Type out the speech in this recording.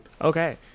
okay